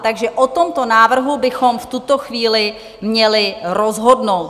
Takže o tomto návrhu bychom v tuto chvíli měli rozhodnout.